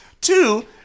Two